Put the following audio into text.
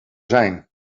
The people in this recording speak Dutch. zijn